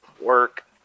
work